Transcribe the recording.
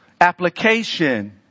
application